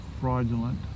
fraudulent